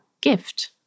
gift